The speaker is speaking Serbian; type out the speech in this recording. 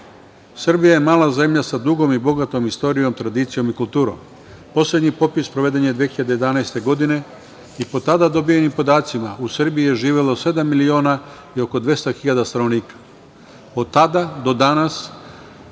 Srbija je mala zemlja sa dugom i bogatom istorijom, tradicijom i kulturom. Poslednji popis sproveden je 2011. godine, i po tada dobijenim podacima u Srbiji je živelo sedam miliona i oko 200 hiljada stanovnika. Od tada do danas